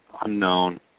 Unknown